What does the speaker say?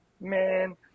Man